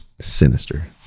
Sinister